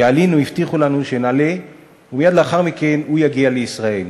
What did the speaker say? כשעלינו הבטיחו לנו שנעלה ומייד לאחר מכן הוא יגיע לישראל.